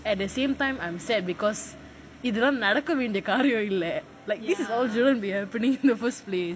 at the same time I'm sad because இதல்லாம் நடக்க வேண்டிய காரியம் இல்லை:ithalaam nadaka vaendiya kaariyam illai like this all isn't supposed to be happening in the first place